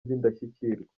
by’indashyikirwa